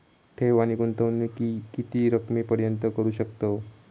ठेव आणि गुंतवणूकी किती रकमेपर्यंत करू शकतव?